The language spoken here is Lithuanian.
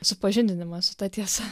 supažindinimą su ta tiesa